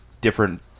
different